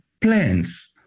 plans